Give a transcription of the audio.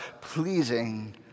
pleasing